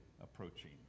approaching